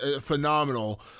phenomenal